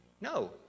No